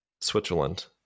Switzerland